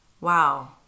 Wow